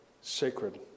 sacred